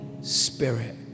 Spirit